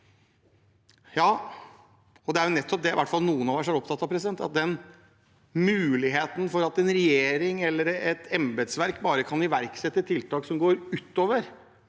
Ja, det er nettopp det i hvert fall noen av oss har vært opptatt av – muligheten for at en regjering eller et embetsverk bare kan iverksette tiltak som går ut over